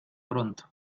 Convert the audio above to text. pronto